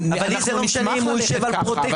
לי זה לא משנה אם הוא יישב על פרוטקשן